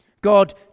God